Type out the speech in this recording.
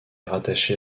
rattaché